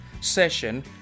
session